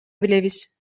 билебиз